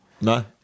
No